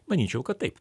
manyčiau kad taip